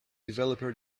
developer